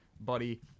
Buddy